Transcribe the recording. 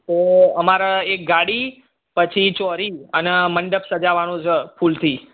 તો અમારે એક ગાડી પછી ચૌરી અને મંડપ સજાવવાનો છે ફૂલથી